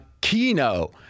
Keno